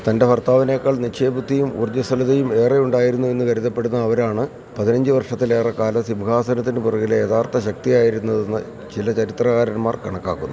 തന്റെ ഭർത്താവിനെക്കാൾ നിശ്ചയബുദ്ധിയും ഊർജ്ജസ്വലതയും ഏറെയുണ്ടായിരുന്നുവെന്ന് കരുതപ്പെടുന്ന അവരാണ് പതിനഞ്ച് വർഷത്തിലേറെക്കാലം സിംഹാസനത്തിന് പുറകിലെ യഥാർത്ഥ ശക്തിയായിരുന്നതെന്ന് ചില ചരിത്രകാരന്മാർ കണക്കാക്കുന്നു